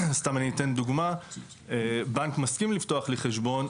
סתם אני אתן דוגמה: בנק מסכים לפתוח לי חשבון,